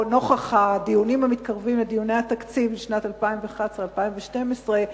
נוכח הדיונים המתקרבים בתקציב לשנים 2011 ו-2012,